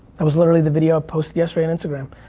it was literally the video i posted yesterday on instagram.